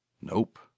Nope